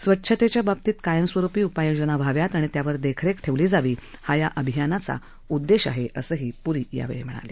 स्वच्छतेच्या बाबतीत कायमस्वरुपी उपाययोजना व्हाव्यात आणि त्यावर देखरेख ठेवली जावी हा या अभियानाचा उद्देश आहे असंही ते म्हणाले